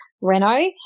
Renault